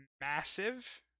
massive